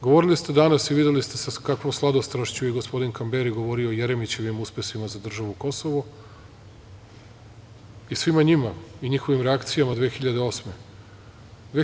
Govorili ste danas i videli ste sa kakvom sladostrašću je gospodin Kamberi govorio o Jeremićevim uspesima za državu Kosovo i svima njima i njihovim reakcijma 2008. godine.